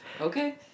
Okay